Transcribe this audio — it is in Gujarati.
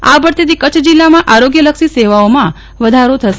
આ ભરતીથી કચ્છ જીલ્લામમાં આરોગ્યલક્ષી સેવાઓમાં વધારો થશે